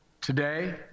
Today